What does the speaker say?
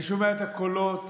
אני שומע את הקולות,